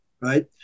right